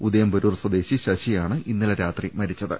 ഉദയംപേരൂർ സ്വദേശി ശശിയാണ് ഇന്നലെ രാത്രി മരിച്ചത്